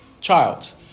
child